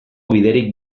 biderik